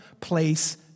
place